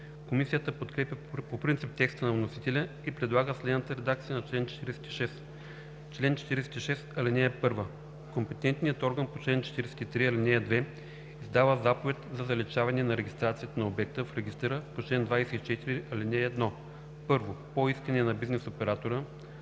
Комисията подкрепя по принцип текста на вносителя и предлага следната редакция на чл. 46: „Чл. 46. (1) Компетентният орган по чл. 43, ал. 2 издава заповед за заличаване на регистрацията на обекта в регистъра по чл. 24, ал. 1: 1. по искане на бизнес оператора;